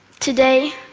today,